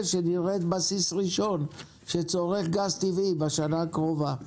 שנראה בסיס ראשון שצורך גז טבעי בשנה הקרובה.